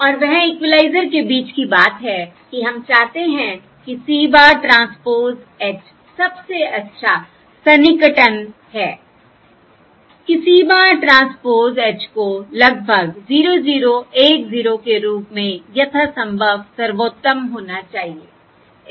और वह इक्विलाइज़र के बीच की बात है कि हम चाहते हैं कि C bar ट्रांसपोज़ H सबसे अच्छा सन्निकटन है कि C bar ट्रांसपोज़ H को लगभग 0 0 1 0 के रूप में यथासंभव सर्वोत्तम होना चाहिए